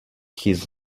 his